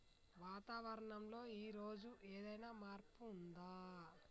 వాతావరణం లో ఈ రోజు ఏదైనా మార్పు ఉందా?